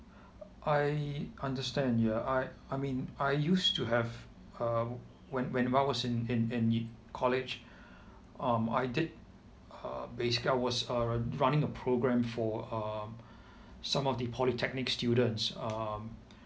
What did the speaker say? I understand ya I I mean I used to have a when when I was in in in college um I did uh basically I was uh running a program for um some of the polytechnic students um